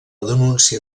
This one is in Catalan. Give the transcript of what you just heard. denúncia